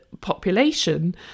population